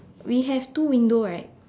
we have two window right